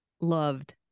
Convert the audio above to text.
loved